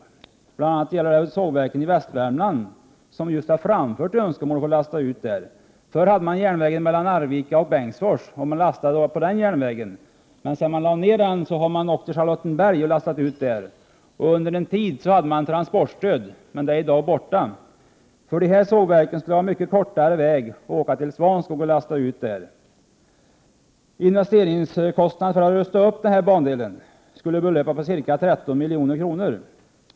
Det gäller bl.a. sågverken i Västvärmland, som har framfört önskemål om att få lasta där. Förr hade man järnvägen mellan Arvika och Bengtsfors. Sedan den lades ned har man åkt till Charlottenberg och lastat där. Under en tid hade man transportstöd, men det är i dag borta. För dessa sågverk skulle det vara mycket närmare att åka till Svanskog och lasta där. Investeringskostnaden för att rusta upp denna bandel skulle belöpa sig till ca 13 milj.kr.